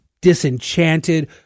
disenchanted